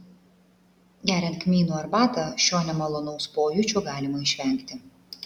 geriant kmynų arbatą šio nemalonaus pojūčio galima išvengti